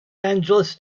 angeles